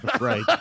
Right